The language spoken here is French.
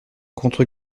contre